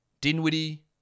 Dinwiddie